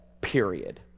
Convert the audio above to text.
period